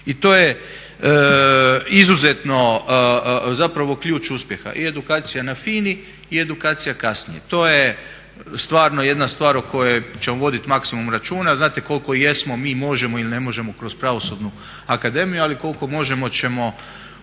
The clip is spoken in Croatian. I to je izuzetno zapravo ključ uspjeha. I edukacija na FINA-i i edukacija kasnije, to je stvarno jedna stvar o kojoj ćemo vodit maksimum računa. Znate koliko jesmo mi možemo ili ne možemo kroz Pravosudnu akademiju, ali koliko možemo ćemo